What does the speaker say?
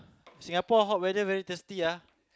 Singapore hot weather very thirsty ah